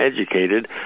educated